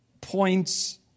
points